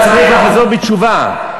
אתה צריך לחזור בתשובה,